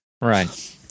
Right